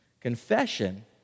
Confession